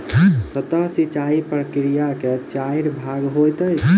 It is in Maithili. सतह सिचाई प्रकिया के चाइर भाग होइत अछि